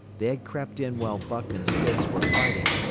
they had crept in while buck and spitz were fighting,